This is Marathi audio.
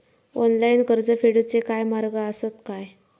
ऑनलाईन कर्ज फेडूचे काय मार्ग आसत काय?